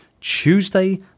Tuesday